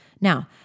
Now